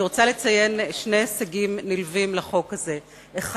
אני רוצה לציין שני הישגים נלווים לחוק הזה: האחד,